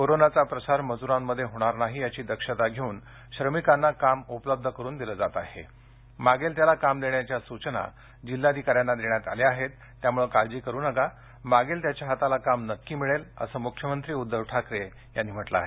कोरोनाचा प्रसार मजुरांमध्ये होणार नाही याची दक्षता घेऊन श्रमिकांना काम उपलब्ध करून दिलं जात आहे मागेल त्याला काम देण्याच्या सुचना जिल्हाधिकाऱ्यांना देण्यात आल्या आहेत त्यामुळे काळजी करू नका मागेल त्याच्या हाताला काम नक्की मिळेल असं मुख्यमंत्री उद्धव ठाकरे यांनी म्हटलं आहे